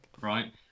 right